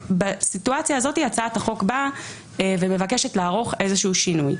ובסיטואציה הזאת הצעת החוק באה ומבקשת לערוך שינוי.